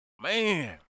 Man